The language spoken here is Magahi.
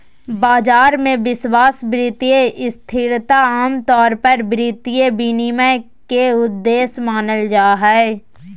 बाजार मे विश्वास, वित्तीय स्थिरता आमतौर पर वित्तीय विनियमन के उद्देश्य मानल जा हय